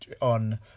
on